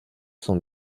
son